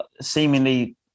seemingly